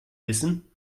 wissen